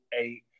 Eight